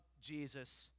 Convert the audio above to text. Jesus